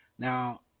Now